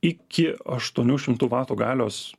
iki aštuonių šimtų vatų galios